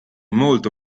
molto